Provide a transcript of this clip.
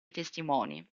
testimoni